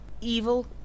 evil